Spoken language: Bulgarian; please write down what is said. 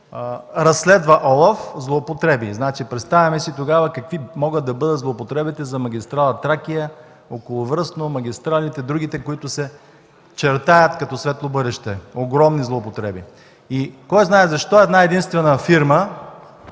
разследва ОЛАФ. Представяме си тогава какви могат да бъдат злоупотребите за магистрала „Тракия”, околовръстното, другите магистрали, които се чертаят като светло бъдеще – огромни злоупотреби. Кой знае защо една-единствена фирма